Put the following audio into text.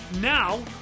Now